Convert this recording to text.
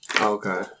Okay